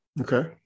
Okay